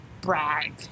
brag